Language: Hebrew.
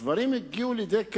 הדברים הגיעו לידי כך,